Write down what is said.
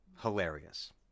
hilarious